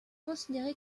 considéré